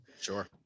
Sure